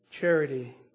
charity